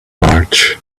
march